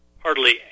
Hardly